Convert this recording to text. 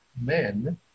men